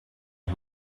who